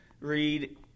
read